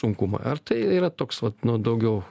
sunkumai ar tai yra toks vat nu daugiau